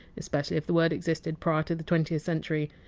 especially if the word existed prior to the twentieth century.